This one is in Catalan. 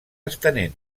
estenent